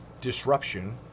disruption